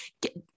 get